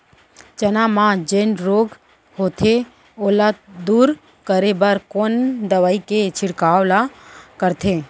चना म जेन रोग होथे ओला दूर करे बर कोन दवई के छिड़काव ल करथे?